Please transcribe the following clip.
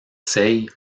seille